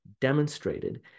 demonstrated